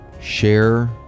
share